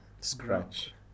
scratch